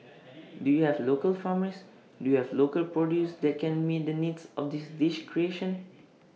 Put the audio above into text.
do you have local farmers do you have local produce that can meet the needs of this dish creation